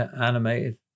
animated